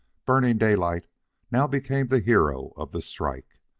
burning daylight now became the hero of the strike.